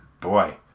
boy